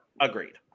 agreed